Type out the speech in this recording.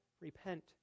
repent